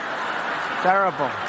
Terrible